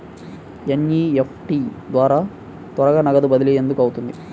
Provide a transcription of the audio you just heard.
NEFT ద్వారా త్వరగా నగదు బదిలీ ఎందుకు అవుతుంది?